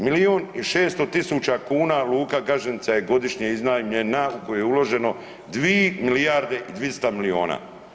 Milijun i 600 tisuća kuna luka Gaženica je godišnje iznajmljena u koju je uloženo dvi milijarde i 200 milijuna.